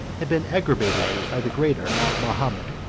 had been abrogated by the greater mahomet.